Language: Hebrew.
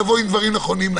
לבוא עם דברים נכונים.